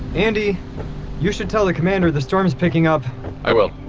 andi you should tell the commander the storm is picking up i will.